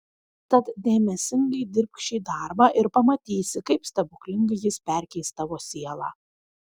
tad dėmesingai dirbk šį darbą ir pamatysi kaip stebuklingai jis perkeis tavo sielą